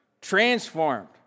Transformed